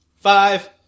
five